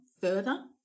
further